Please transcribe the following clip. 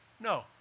No